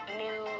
new